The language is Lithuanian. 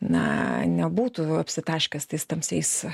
na nebūtų apsitaškęs tais tamsiais